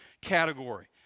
category